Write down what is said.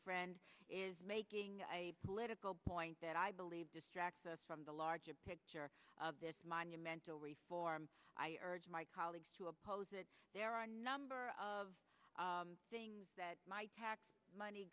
friend is making a political point that i believe distracts us from the larger picture of this monumental reform i urge my colleagues to oppose that there are a number of things that my tax money